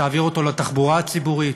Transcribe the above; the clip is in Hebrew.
תעביר אותו לתחבורה הציבורית.